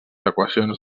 equacions